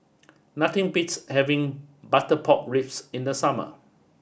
nothing beats having Butter Pork Ribs in the summer